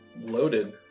loaded